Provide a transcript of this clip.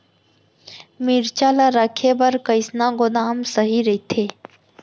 मिरचा ला रखे बर कईसना गोदाम सही रइथे?